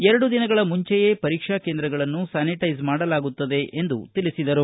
ಎರಡು ದಿನಗಳ ಮುಂಚೆಯೇ ಕೇಂದ್ರಗಳನ್ನ ಸ್ಕಾನಿಟೈಸ್ ಮಾಡಲಾಗುತ್ತದೆ ಎಂದು ತಿಳಿಸಿದರು